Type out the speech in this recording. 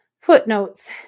footnotes